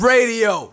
Radio